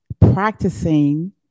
practicing